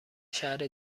شهر